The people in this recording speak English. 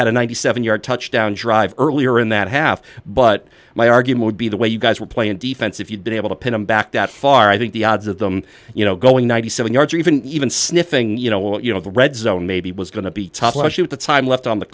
had a ninety seven yard touchdown drive earlier in that half but my argument would be the way you guys were playing defense if you'd been able to pin them back that far i think the odds of them you know going ninety seven yards or even even sniffing you know what you know the red zone maybe was going to be tough luck to you at the time left on the